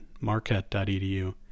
marquette.edu